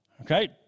okay